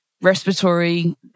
respiratory